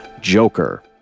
Joker